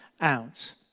out